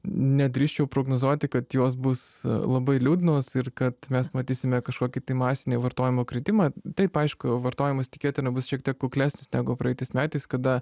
nedrįsčiau prognozuoti kad jos bus labai liūdnos ir kad mes matysime kažkokį tai masinį vartojimo kritimą taip aišku vartojimas tikėtina bus šiek tiek kuklesnis negu praeitais metais kada